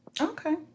Okay